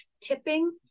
tipping